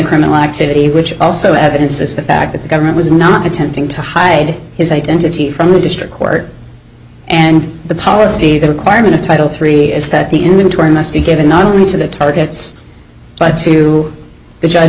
criminal activity which also evidence is the fact that the government was not attempting to hide his identity from the district court and the policy the requirement of title three is that the inventory must be given not only to the targets but to judge